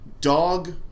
dog